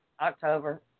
October